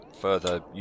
further